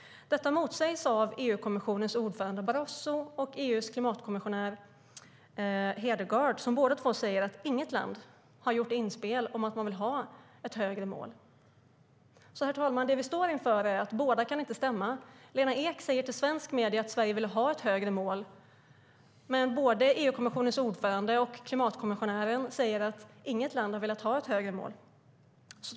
Detta motsägs av EU-kommissionens ordförande Barroso och EU:s klimatkommissionär Hedegaard, som båda säger att inget land har gjort inspel om att man vill ha ett högre mål. Herr talman! Det vi står inför är att detta inte kan stämma. Lena Ek säger till svenska medier att Sverige vill ha ett högre mål, men EU-kommissionens ordförande och klimatkommissionären säger att inget land har velat ha ett högre mål.